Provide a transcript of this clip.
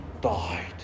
died